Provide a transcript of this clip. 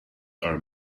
are